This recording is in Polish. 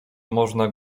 można